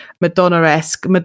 Madonna-esque